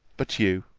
but you,